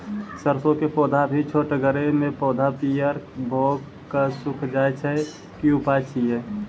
सरसों के पौधा भी छोटगरे मे पौधा पीयर भो कऽ सूख जाय छै, की उपाय छियै?